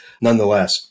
Nonetheless